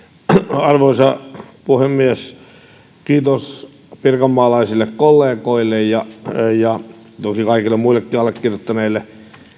arvoisa puhemies kiitos pirkanmaalaisille kollegoille ja ja toki kaikille muillekin allekirjoittaneille